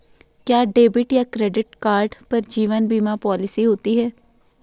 क्या डेबिट या credit card पर जीवन बीमा पॉलिसी होती है?